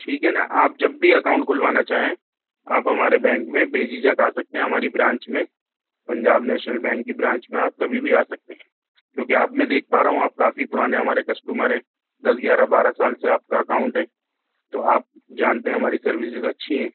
ٹھیک ہے نا آپ جب بھی اکاؤنٹ کھلوانا چاہیں آپ ہمارے بینک میں بے جھجھک آ سکتے ہیں ہماری برانچ میں پنجاب نیشنل بینک کی برابچ میں آپ کبھی بھی آ سکتے ہیں کیوںکہ آپ میں دیکھ پا رہا ہوں آپ کافی پرانے ہمارے کسٹومر ہیں دس گیارہ بارہ سال سے آپ کو اکاؤنٹ ہے تو آپ جانتے ہیں ہماری سروسز اچھی ہیں